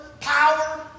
power